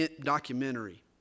documentary